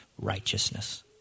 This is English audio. righteousness